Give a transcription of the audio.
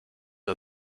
are